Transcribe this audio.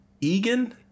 Egan